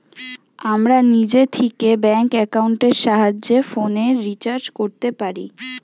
আমরা নিজে থিকে ব্যাঙ্ক একাউন্টের সাহায্যে ফোনের রিচার্জ কোরতে পারি